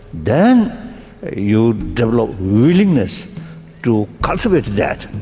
then you develop willingness to cultivate that.